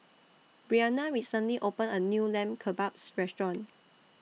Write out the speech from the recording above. Brianna recently opened A New Lamb Kebabs Restaurant